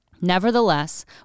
Nevertheless